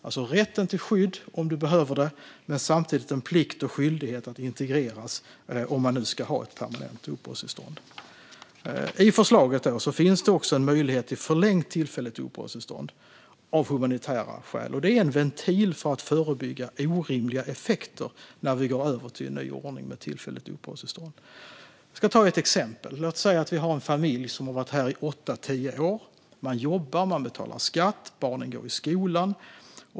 Det handlar om rätten till skydd om du behöver det, men samtidigt en plikt och skyldighet att integreras om man ska ha permanent uppehållstillstånd. I förslaget finns också en möjlighet till förlängt tillfälligt uppehållstillstånd av humanitära skäl. Det är en ventil för att förebygga orimliga effekter när vi går över till en ny ordning med tillfälligt uppehållstillstånd. Jag ska ta ett exempel. Låt oss säga att vi har en familj som har varit här i åtta tio år. De jobbar och betalar skatt, och barnen går i skolan.